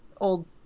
old